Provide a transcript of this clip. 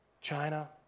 China